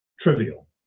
trivial